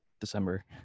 December